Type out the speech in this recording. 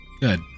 Good